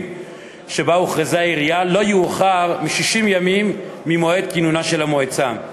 שבה הוכרזה העירייה לא יאוחר מ-60 ימים ממועד כינונה של המועצה.